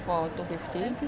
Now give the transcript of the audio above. for two fifty